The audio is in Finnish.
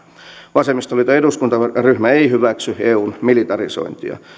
vasemmistoliiton eduskuntaryhmä ei hyväksy eun militarisointia